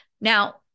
Now